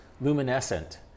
luminescent